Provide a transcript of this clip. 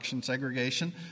segregation